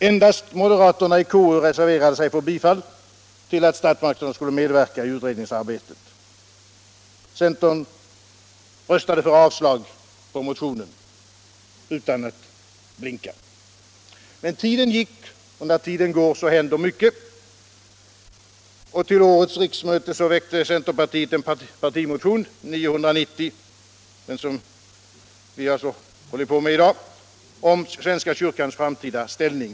Endast moderaterna i KU reserverade sig för bifall till förslaget att statsmakterna skulle medverka i utredningsarbetet. Centern röstade för avslag på motionen utan att blinka. Men tiden gick, och när tiden går händer mycket. Till riksmötet 1975 väckte centerpartiet en partimotion nr 990 — den som vi alltså håller på med i dag - om svenska kyrkans framtida ställning.